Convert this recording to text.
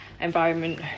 environment